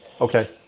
Okay